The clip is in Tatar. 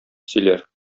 сөйләр